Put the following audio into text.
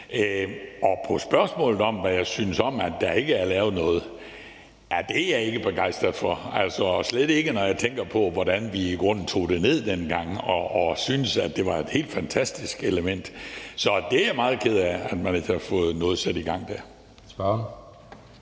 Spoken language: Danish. Til spørgsmålet om, hvad jeg synes om, at der ikke er lavet noget, vil jeg sige, at det er jeg ikke begejstret for, og slet ikke, når jeg tænker på, hvordan vi i grunden tog det ned dengang og syntes, at det var et helt fantastisk element. Så jeg er meget ked af, at man ikke har fået noget sat i gang der.